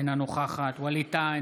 אינה נוכחת ווליד טאהא,